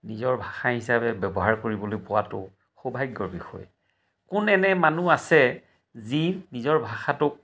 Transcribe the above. নিজৰ ভাষা হিচাপে ব্যৱহাৰ কৰিবলৈ পোৱাটো সৌভাগ্যৰ বিষয় কোন এনে মানুহ আছে যি নিজৰ ভাষাটোক